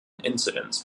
incidence